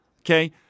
okay